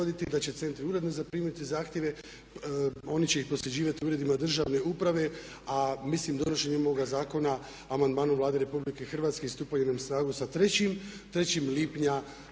da će centri uredno zaprimiti zahtjeve. Oni će ih prosljeđivati uredima državne uprave a mislim donošenjem ovoga zakona amandmanom Vlade RH i stupanjem na snagu sa 3. lipnja